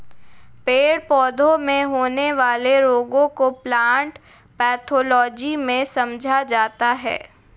पेड़ पौधों में होने वाले रोगों को प्लांट पैथोलॉजी में समझा जाता है